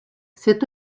cet